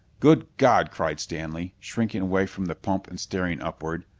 good god! cried stanley, shrinking away from the pump and staring upward.